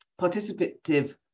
participative